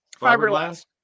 fiberglass